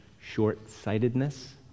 short-sightedness